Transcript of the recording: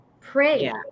Pray